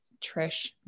Trish